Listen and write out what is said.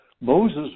Moses